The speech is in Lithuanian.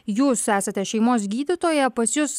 jūs esate šeimos gydytoja pas jus